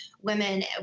women